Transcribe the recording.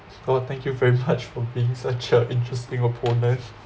oh thank you very much for being such a interesting opponent